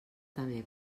també